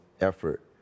effort